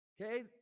Okay